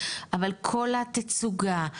אבל כל התצוגה,